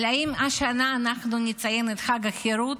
אבל האם השנה אנחנו נציין את חג החירות?